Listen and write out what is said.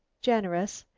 generous,